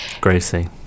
Gracie